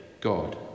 God